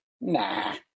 Nah